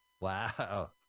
Wow